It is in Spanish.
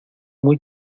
muy